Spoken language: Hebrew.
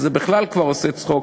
אז זה בכלל כבר עושה צחוק,